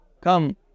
Come